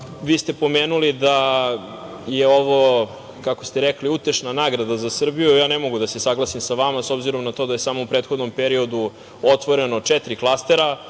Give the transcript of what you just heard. ste pomenuli da je ovo, kako ste rekli, utešna nagrada za Srbiju. Ja ne mogu da se saglasim sa vama, s obzirom na to da je samo u prethodnom periodu otvoreno četiri klastera.